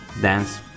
dance